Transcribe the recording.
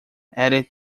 added